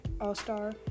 All-Star